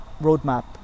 roadmap